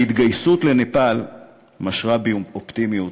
ההתגייסות לנפאל משרה בי אופטימיות,